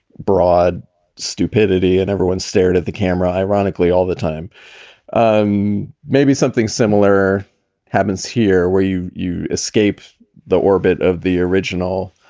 broad stupidity. and everyone stared at the camera. ironically, all the time um maybe something similar happens here where you you escape the orbit of the original.